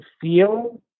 feel